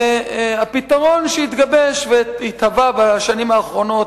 והפתרון שהתגבש וייקבע בשנים האחרונות,